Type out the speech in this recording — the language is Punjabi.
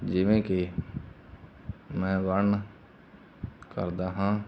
ਜਿਵੇਂ ਕਿ ਮੈਂ ਵਰਣਨ ਕਰਦਾ ਹਾਂ